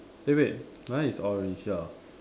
eh wait my is orange ya